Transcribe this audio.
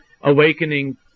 awakening